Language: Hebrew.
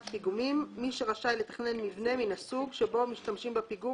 פיגומים" מי שרשאי לתכנן מבנה מן הסוג בו משתמשים בפיגום,